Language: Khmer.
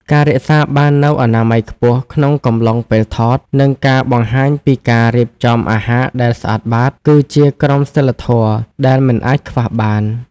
ការរក្សាបាននូវអនាម័យខ្ពស់ក្នុងកំឡុងពេលថត និងការបង្ហាញពីការរៀបចំអាហារដែលស្អាតបាត គឺជាក្រមសីលធម៌ដែលមិនអាចខ្វះបាន។